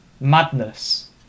madness